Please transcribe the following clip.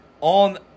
on